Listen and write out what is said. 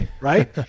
Right